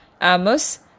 Amos